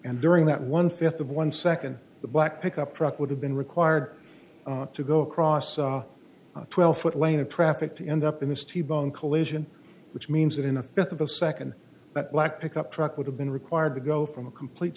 and during that one fifth of one second the black pickup truck would have been required to go across a twelve foot lane of traffic to end up in this t bone collision which means that in a death of a second that black pickup truck would have been required to go from a complete